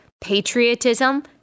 patriotism